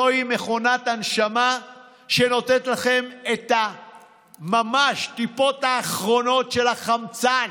זוהי מכונת הנשמה שנותנת לכם את הטיפות האחרונות של החמצן.